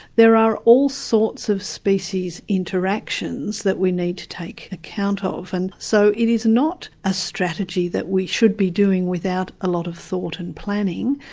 there are all sorts of species interactions that we need to take account ah of. and so it is not a strategy that we should be doing without a lot of thought and planning,